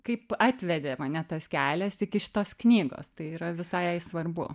kaip atvedė mane tas kelias iki šitos knygos tai yra visai svarbu